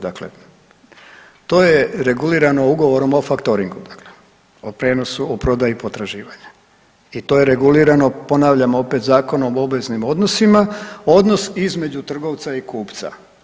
Dakle, to je regulirano ugovorom o faktoringu o prijenosu, o prodaji potraživanja i to je regulirano ponavljam opet Zakonom o obveznim odnosima odnos između trgovca i kupca.